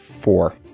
Four